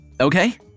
okay